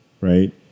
right